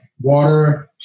water